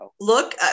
look